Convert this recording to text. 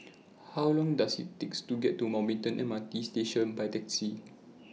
How Long Does IT Take to get to Mountbatten M R T Station By Taxi